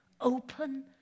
open